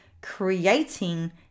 creating